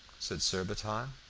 said surbiton,